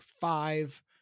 five